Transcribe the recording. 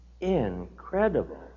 Incredible